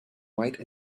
white